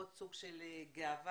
עוד סוג של גאווה.